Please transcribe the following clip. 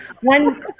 one